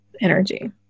energy